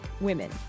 women